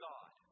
God